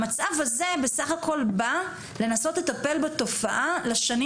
המצב הזה בסך הכל בא לנסות לטפל בתופעה לשנים